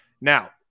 Now